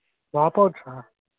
డ్రాప్అవుట్సా